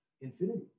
infinity